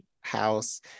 house